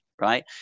Right